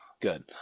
Good